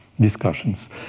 discussions